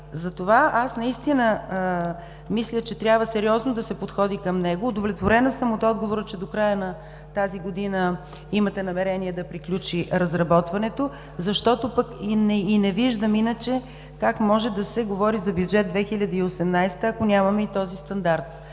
Затова наистина мисля, че трябва сериозно да се подходи към него. Удовлетворена съм от отговора, че до края на тази година имате намерение да приключи разработването, защото пък и не виждам иначе как може да се говори за Бюджет 2018, ако нямаме и този стандарт.